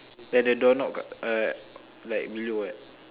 then the door knob ah uh like blue ah